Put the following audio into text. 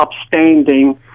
upstanding